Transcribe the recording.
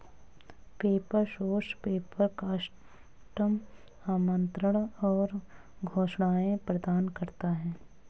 paper source paper, custom आमंत्रण और घोषणाएं प्रदान करता है